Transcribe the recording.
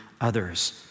others